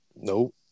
Nope